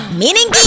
meaning